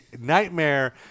nightmare